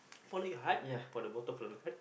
follow your heart for the motto for the heart